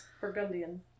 burgundian